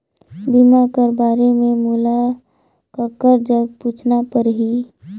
बीमा कर बारे मे मोला ककर जग पूछना परही?